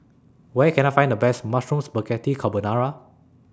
Where Can I Find The Best Mushroom Spaghetti Carbonara